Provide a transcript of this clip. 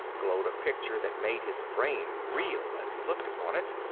glowed a picture that made his brain reel as he looked upon it.